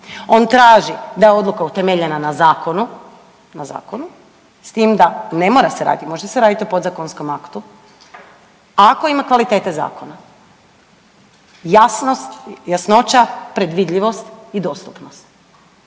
On traži da je odluka utemeljena na zakonu, na zakonu, s tim da ne mora se raditi može se raditi o podzakonskom aktu ako ima kvalitete zakona, jasnost, jasnoća, predvidljivost i dostupnost.